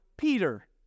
Peter